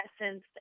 essence